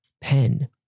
pen